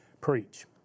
preach